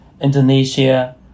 Indonesia